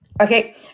Okay